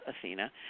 Athena